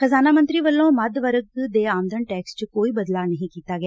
ਖਜ਼ਾਨਾ ਮੰਤਰੀ ਵੱਲੋਂ ਮੱਧ ਵਰਗ ਦੇ ਆਮਦਨ ਟੈਕਸ ਚ ਕੋਈ ਬਦਲਾਅ ਨਹੀਂ ਕੀਤਾ ਗਿਆ